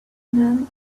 none